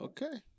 Okay